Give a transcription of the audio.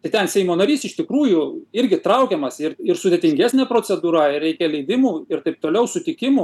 tai ten seimo narys iš tikrųjų irgi traukiamas ir ir sudėtingesnė procedūra ir reikia leidimų ir taip toliau sutikimų